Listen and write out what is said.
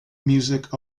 music